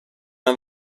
una